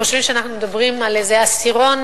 חושבים שאנחנו מדברים על איזה עשירון,